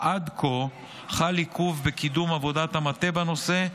אך עד כה חל עיכוב בקידום עבודת המטה בנושא,